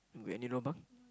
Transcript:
you have any lobang